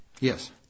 Yes